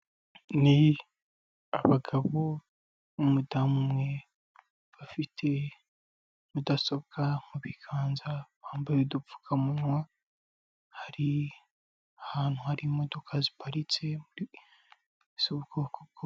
Ni abagabo n'umudamu umwe bafite mudasobwa mu biganza bambaye udupfukamunwa, hari ahantu hari imodoka ziparitse zubwoko bwose.